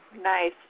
Nice